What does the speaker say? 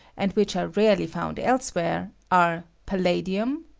and which are rarely found else where, are palladium,